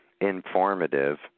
informative